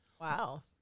Wow